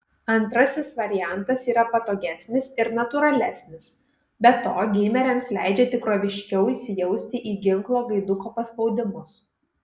antrasis variantas yra patogesnis ir natūralesnis be to geimeriams leidžia tikroviškiau įsijausti į ginklo gaiduko paspaudimus